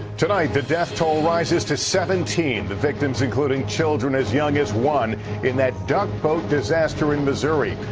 tonight, the death toll rises to seventeen. the victims including children as young as one in that duck boat disaster in missouri.